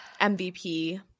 MVP